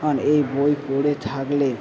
এই বই পড়ে থাকলে